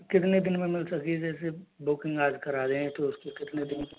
कितने दिन में मिल सकती है जैसे बुकिंग आज करा दें तो उस के कितने दिन में